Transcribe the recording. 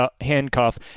handcuff